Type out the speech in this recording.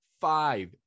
five